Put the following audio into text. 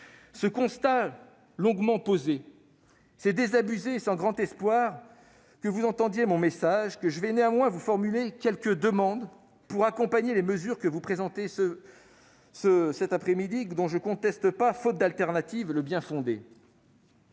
Ce constat longuement posé, c'est désabusé et sans grand espoir que vous entendiez mon message que je vais néanmoins formuler quelques demandes pour accompagner les mesures que vous présentez cet après-midi et dont je ne conteste pas, faute d'alternative, le bien-fondé.